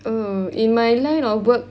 err in my line of work